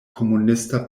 komunista